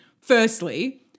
firstly